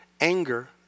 anger